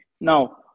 Now